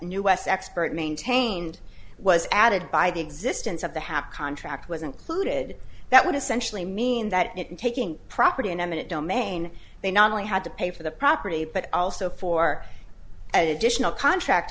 new west expert maintained was added by the existence of the hap contract was included that would essentially mean that it taking property in eminent domain they not only had to pay for the property but also for additional contract